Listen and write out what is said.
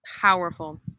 powerful